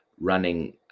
running